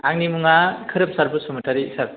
आंनि मुङा खोरोमसार बसुमतारि सार